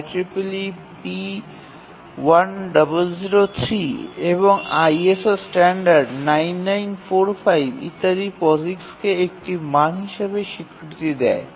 IEEE P1003 এবং ISO standard 9945 ইত্যাদি পসিক্সকে একটি মান হিসাবে স্বীকৃতি দেয়